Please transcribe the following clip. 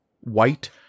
white